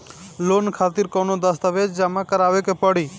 Loan खातिर कौनो दस्तावेज जमा करावे के पड़ी?